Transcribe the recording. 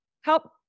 help